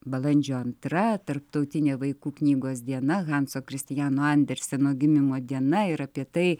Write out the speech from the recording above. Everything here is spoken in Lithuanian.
balandžio antra tarptautinė vaikų knygos diena hanso kristiano anderseno gimimo diena ir apie tai